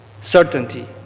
certainty